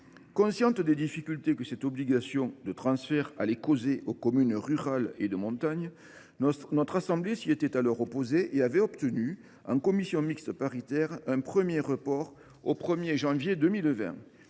Consciente des difficultés que cette obligation de transfert allait causer aux communes rurales et de montagne, notre assemblée s’y était alors opposée, et elle avait obtenu, en commission mixte paritaire, un report au 1 janvier 2020.